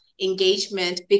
engagement